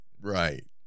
Right